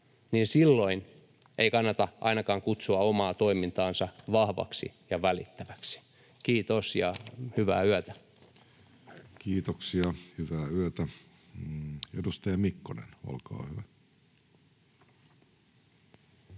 silloin ei kannata ainakaan kutsua omaa toimintaansa vahvaksi ja välittäväksi. — Kiitos ja hyvää yötä. Kiitoksia. Hyvää yötä. — Edustaja Mikkonen, olkaa hyvä.